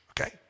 okay